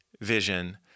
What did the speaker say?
vision